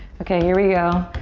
okay. here we go.